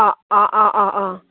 অঁ অঁ অঁ অঁ অঁ